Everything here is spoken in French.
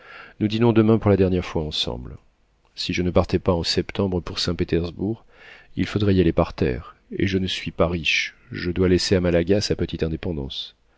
nous dînons demain pour la dernière fois ensemble si je ne partais pas en septembre pour saint-pétersbourg il faudrait y aller par terre et je ne suis pas riche je dois laisser à malaga sa petite indépendance